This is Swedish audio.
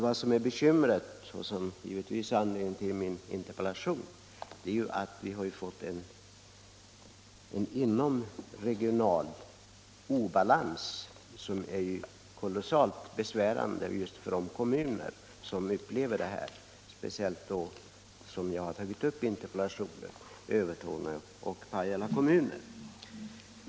Vad som är bekymret och vad som givetvis är anledningen till min interpellation är att vi fått en inomregional obalans, som är kolossalt besvärande just för de kommuner som upplever den, speciellt för dem som jag har tagit upp i interpellationen — Övertorneå och Pajala kommuner.